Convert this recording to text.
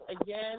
again